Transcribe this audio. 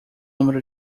número